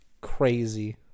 Crazy